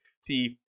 See